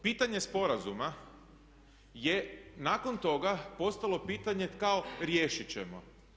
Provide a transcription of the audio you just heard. Pitanje sporazuma je nakon toga postalo pitanje kao riješiti ćemo.